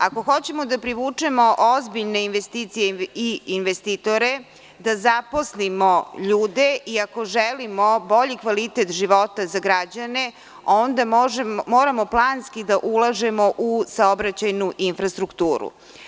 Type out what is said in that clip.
Ako hoćemo da privučemo ozbiljne investicije i investitore, da zaposlimo ljude i ako želimo bolji kvalitet života za građane, onda moramo planski da ulažemo u saobraćajnu infrastrukturu.